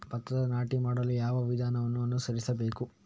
ಭತ್ತದ ನಾಟಿ ಮಾಡಲು ಯಾವ ವಿಧಾನವನ್ನು ಅನುಸರಿಸಬೇಕು?